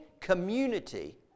community